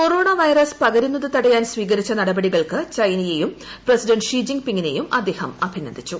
corona വൈറസ്ട് പ്യക്ക്രുന്നത് തടയാൻ സ്വീകരിച്ച നടപടികൾക്ക് ചൈനയെയും പ്രസിഡ്ടന്റ് ഷീ ജിൻ പിങ്ങിനെയും അദ്ദേഹം അഭിനന്ദിച്ചു